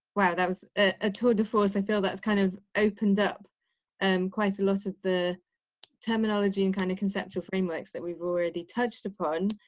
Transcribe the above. yeah that was a tour de force. i feel that's kind of opened up and quite a lot of the terminology and kind of conceptual frameworks that we've already touched upon,